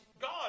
God